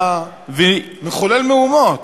אתה מחולל מהומות.